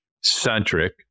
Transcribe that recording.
centric